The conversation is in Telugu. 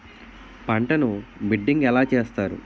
పంటను బిడ్డింగ్ ఎలా చేస్తారు?